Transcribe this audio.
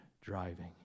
driving